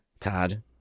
Todd